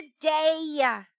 today